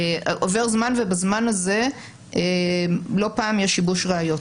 עובר זמן ובזמן הזה לא פעם יש שיבוש ראיות,